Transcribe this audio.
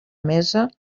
mesa